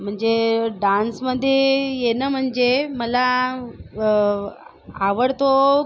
म्हणजे डान्समध्ये येणं म्हणजे मला आवडतो